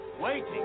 Waiting